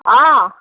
অঁ